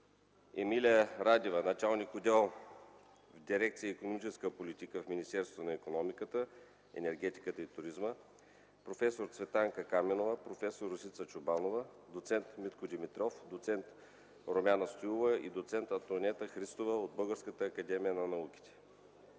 Емилия Радева – началник отдел в дирекция „Икономическа политика” в Министерство на икономиката, енергетиката и туризма, проф. Цветана Каменова, проф. Росица Чобанова, доц. Митко Димитров, доц. Румяна Стоилова и доц. Антоанета Христова от Българската академия на науките.